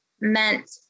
meant